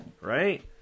right